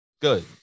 good